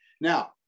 now